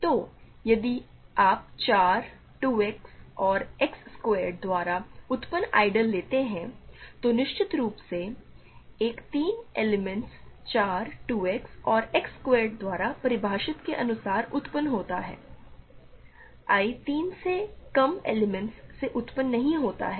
तो यदि आप 4 2 X और X स्क्वैर्ड द्वारा उत्पन्न आइडियल लेते हैं तो निश्चित रूप से I तीन एलिमेंट्स 4 2 X और X स्क्वैर्ड द्वारा परिभाषा के अनुसार उत्पन्न होता है I तीन से कम एलिमेंट्स से उत्पन्न नहीं होता है